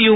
you